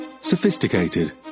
Sophisticated